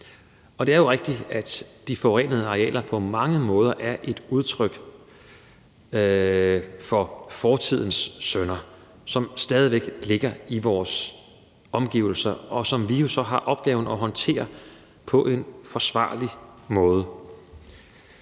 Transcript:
Det er jo rigtigt, at de forurenede arealer på mange måder er et udtryk for fortidens synder, som stadig væk ligger i vores omgivelser, og som vi jo så har opgaven at håndtere på en forsvarlig måde.